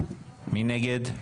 מי נגד?